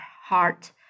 heart